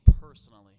personally